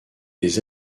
des